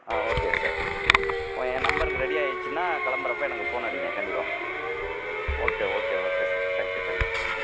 ஆ okay sir ஏன் நம்பருக்கு ready ஆயிடிச்சின்னா கிளம்புறப்ப எனக்கு ஃபோன் அடிங்க கண்டிப்பாக okay okay okay sir thank you thank you